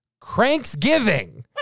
Cranksgiving